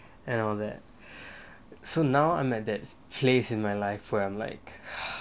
and all that so now I'm at that place in my life where I'm like